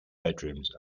bedrooms